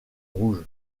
rouge